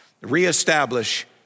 reestablish